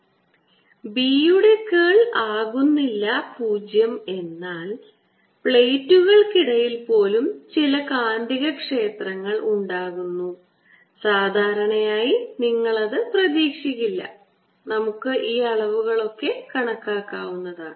B യുടെ കേൾ 0 ആകുന്നില്ല എന്നാൽ പ്ലേറ്റുകൾക്കിടയിൽ പോലും ചില കാന്തികക്ഷേത്രങ്ങൾ ഉണ്ടാകുന്നു സാധാരണയായി നിങ്ങൾ അത് പ്രതീക്ഷിക്കില്ല നമുക്ക് ഈ അളവുകൾ കണക്കാക്കാവുന്നതാണ്